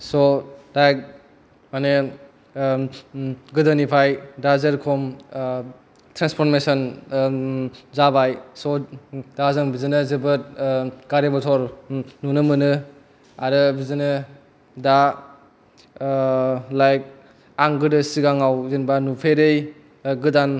स' दा माने गोदोनिफाय दा जेर'खम ट्रेनसर्पमेसन जाबाय स' दा जों बिदिनो जोबोद गारि मटर नुनो मोनो आरो बिदिनो दा लाइक आं गोदो सिगाङाव जेनोबा नुफेरै गोदान